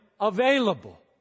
available